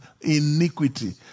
iniquity